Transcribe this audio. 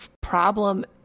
problem